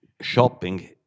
shopping